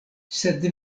sed